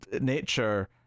nature